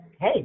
Hey